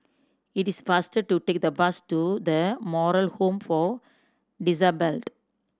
it is faster to take the bus to The Moral Home for Disabled